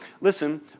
listen